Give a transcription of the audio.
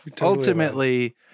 Ultimately